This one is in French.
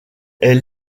est